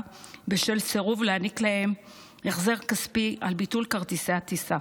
בשל סירוב להעניק להם החזר כספי על ביטול כרטיסי הטיסה.